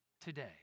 today